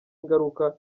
ingaruka